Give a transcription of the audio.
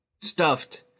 Stuffed